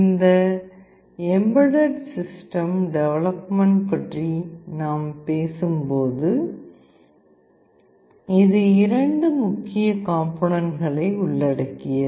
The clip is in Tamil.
இந்த எம்பெட்டட் சிஸ்டம் டெவலப்மெண்ட் பற்றி நாம் பேசும்போது இது இரண்டு முக்கிய காம்போனேனட்களை உள்ளடக்கியது